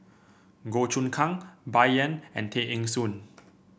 Goh Choon Kang Bai Yan and Tay Eng Soon